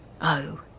Oh